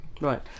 right